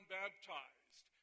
baptized